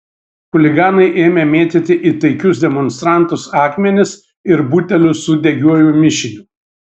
chuliganai ėmė mėtyti į taikius demonstrantus akmenis ir butelius su degiuoju mišiniu